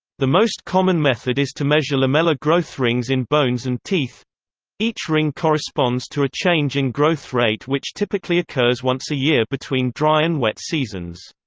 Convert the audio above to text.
the most common method is to measure lamellar growth rings in bones and teeth each ring corresponds to a change in growth rate which typically occurs once a year between dry and wet seasons.